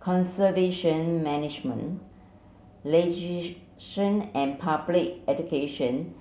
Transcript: conservation management and public education